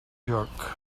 joc